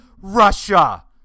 Russia